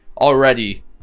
already